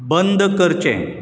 बंद करचें